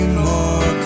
more